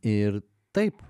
ir taip